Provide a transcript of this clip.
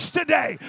today